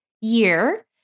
year